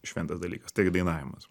šventas dalykas taigi dainavimas